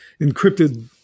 encrypted